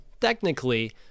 Technically